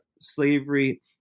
slavery